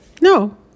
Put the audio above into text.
No